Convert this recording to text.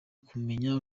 kumenya